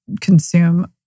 consume